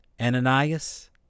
Ananias